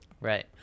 right